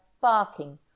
barking